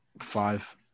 five